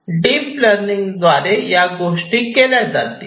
deep learning द्वारे या गोष्टी केल्या जातील